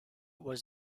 was